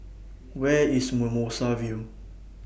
Where IS Mimosa View